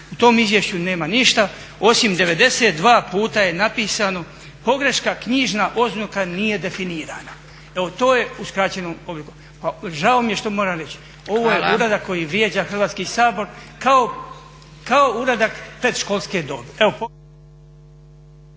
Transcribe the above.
U tom izvješću nema ništa osim 92 puta je napisano pogreška knjižna oznaka nije definirana. Evo to je uskraćeno …. Žao mi je što moram reći, ovo je uradak koji vrijeđa Hrvatski sabor kao uradak predškolske dobi.